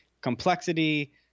complexity